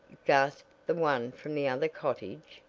gasped the one from the other cottage.